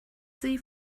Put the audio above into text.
sie